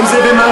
אם זה במרוקו,